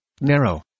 narrow